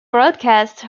broadcasts